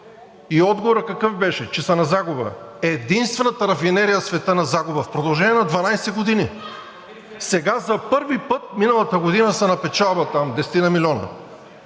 Отговорът какъв беше? Че са на загуба! Единствената рафинерия в света на загуба?! В продължение на 12 години! Сега, за първи път – миналата година, са на печалба.